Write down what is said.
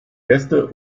gäste